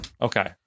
Okay